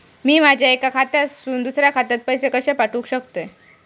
मी माझ्या एक्या खात्यासून दुसऱ्या खात्यात पैसे कशे पाठउक शकतय?